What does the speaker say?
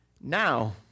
now